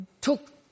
took